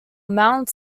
mount